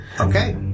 Okay